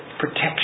protection